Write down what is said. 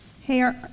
Hey